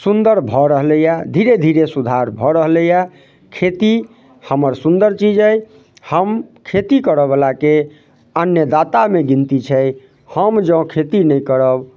सुन्दर भऽ रहलैये धीरे धीरे सुधार भऽ रहलैए खेती हमर सुन्दर चीज अइ हम खेती करऽवलाके अन्नदातामे गिनती छै हम जँ खेती नहि करब